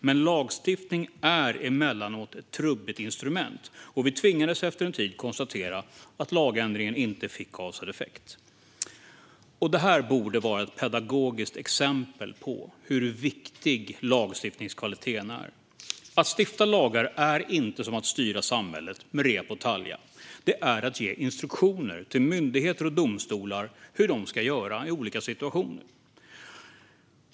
Men lagstiftning är emellanåt ett trubbigt instrument, och vi tvingades efter en tid konstatera att lagändringen inte fick avsedd effekt. Detta borde vara ett pedagogiskt exempel på hur viktig lagstiftningskvaliteten är. Att stifta lagar är inte som att styra samhället med rep och talja, utan det är ge instruktioner till myndigheter och domstolar om hur de ska göra i olika situationer.